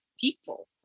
people